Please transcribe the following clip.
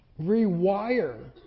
rewire